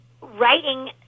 writing